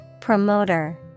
Promoter